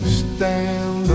stand